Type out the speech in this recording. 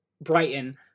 Brighton